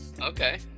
Okay